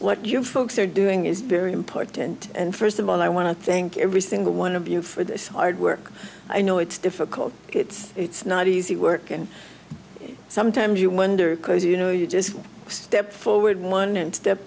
what you folks are doing is very important and first of all i want to thank every single one of you for this art work i know it's difficult it's it's not easy work and sometimes you wonder because you know you just step forward one